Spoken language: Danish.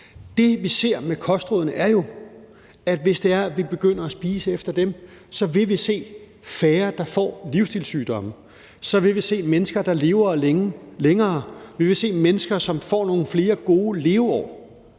Det, vi ser med kostrådene, er jo, at hvis vi begynder at spise efter dem, vil vi se færre, der får livsstilssygdomme; så vil vi se mennesker, der lever længere. Vi vil se mennesker, som får nogle flere gode leveår